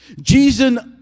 jesus